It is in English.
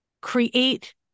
create